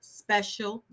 special